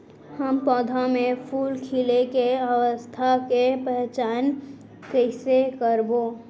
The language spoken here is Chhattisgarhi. हम पौधा मे फूल खिले के अवस्था के पहिचान कईसे करबो